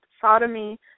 sodomy